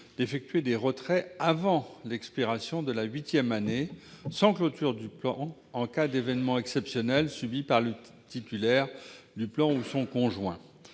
d'effectuer des retraits avant l'expiration de la huitième année, sans clôture du plan en cas d'événement exceptionnel subi par le titulaire du plan ou son conjoint.